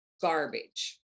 garbage